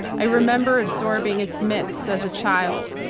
i remember absorbing its myths as a child.